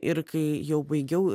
ir kai jau baigiau